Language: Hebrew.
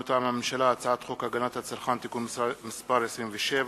מטעם הממשלה: הצעת חוק הגנת הצרכן (תיקון מס' 27)